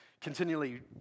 continually